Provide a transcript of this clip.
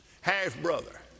half-brother